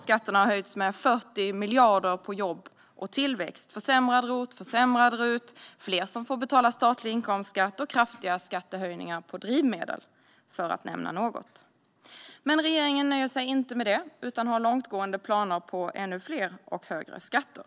Skatterna har höjts med 40 miljarder på jobb och tillväxt - försämrad ROT, försämrad RUT, fler som får betala statlig inkomstskatt och kraftiga skattehöjningar på drivmedel, för att nämna några. Men regeringen nöjer sig inte med det utan har långtgående planer på ännu fler och högre skatter.